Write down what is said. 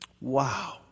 Wow